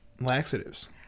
laxatives